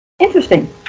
interesting